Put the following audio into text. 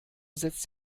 setzt